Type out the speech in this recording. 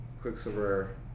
Quicksilver